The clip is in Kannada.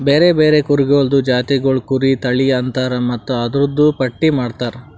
ಬ್ಯಾರೆ ಬ್ಯಾರೆ ಕುರಿಗೊಳ್ದು ಜಾತಿಗೊಳಿಗ್ ಕುರಿ ತಳಿ ಅಂತರ್ ಮತ್ತ್ ಅದೂರ್ದು ಪಟ್ಟಿ ಮಾಡ್ತಾರ